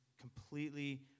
completely